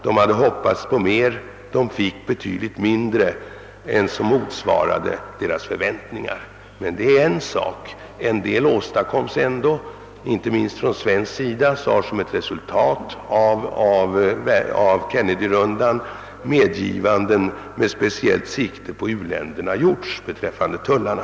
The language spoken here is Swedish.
De hade hoppats på ganska mycket; de fick betydligt mindre än vad som motsvarade deras förväntningar. Men det är en sak. En del åstadkoms ändå. Inte minst från svensk sida har som ett resultat av Kennedyronden medgivanden med speciellt sikte på u-länderna gjorts beträffande tullarna.